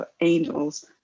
angels